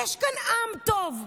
יש כאן עם טוב.